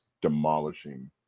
demolishing